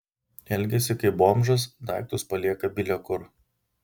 elgiasi kaip bomžas daiktus palieka bile kur